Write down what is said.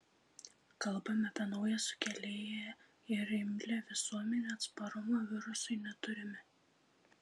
kalbame apie naują sukėlėją ir imlią visuomenę atsparumo virusui neturime